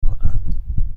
کنم